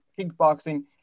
kickboxing